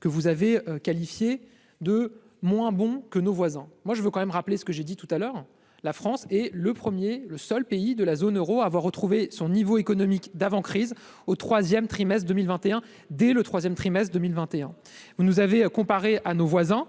que vous avez qualifié de moins bon que nos voisins, moi je veux quand même rappeler ce que j'ai dit tout à l'heure, la France est le 1er le seul pays de la zone Euro, avoir retrouvé son niveau économique d'avant crise au 3ème trimestre 2021 dès le 3ème trimestre 2021, vous nous avez comparé à nos voisins.